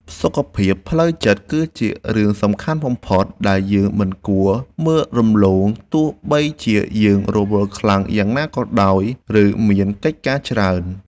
សុខភាពផ្លូវចិត្តគឺជារឿងសំខាន់បំផុតដែលយើងមិនគួរមើលរំលងទោះបីជាយើងរវល់ខ្លាំងយ៉ាងណាក៏ដោយ ឬ មានកិច្ចការច្រើន។